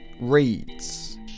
reads